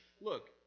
Look